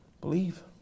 Believe